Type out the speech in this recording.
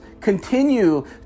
Continue